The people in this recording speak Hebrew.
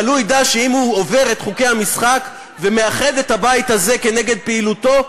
אבל הוא ידע שאם הוא עובר על חוקי המשחק ומאחד את הבית הזה נגד פעילותו,